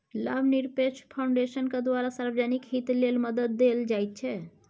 लाभनिरपेक्ष फाउन्डेशनक द्वारा सार्वजनिक हित लेल मदद देल जाइत छै